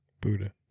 Buddha